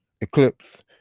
Eclipse